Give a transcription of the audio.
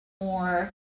more